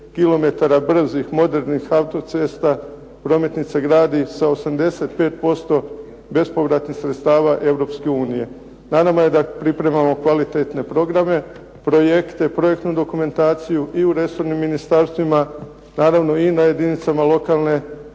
brzih modernih autocesta, prometnica, gradi sa 85% bespovratnih sredstava Europske unije. Na nama je da pripremamo kvalitetne programe, projekte, projektnu dokumentaciju i u resornim ministarstvima, naravno i na jedinicama lokalne